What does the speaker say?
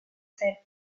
set